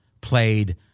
played